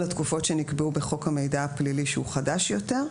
התקופות שנקבעו בחוק המידע הפלילי שהוא חדש יותר.